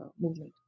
movement